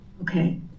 Okay